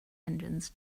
engines